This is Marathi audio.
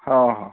हा हा